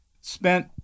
spent